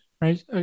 right